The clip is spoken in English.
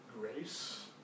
grace